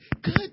good